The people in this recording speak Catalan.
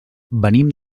venim